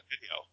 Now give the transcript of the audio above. video